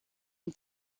une